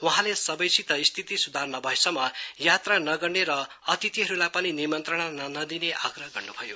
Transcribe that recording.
वहाँले सबैसित स्थिति स्धार नभएसम्म याक्षा नगर्ने र अतिथिहरूलाई पनि निमन्त्रणा नदिने आग्रह गर्न्भयो